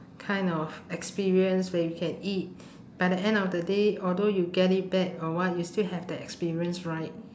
kind of experience where we can eat by the end of the day although you get it back or what you still have the experience right